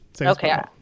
Okay